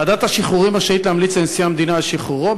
ועדת השחרורים רשאית להמליץ לנשיא המדינה על שחרורו,